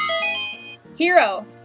Hero